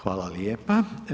Hvala lijepo.